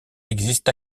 existe